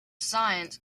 science